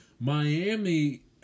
Miami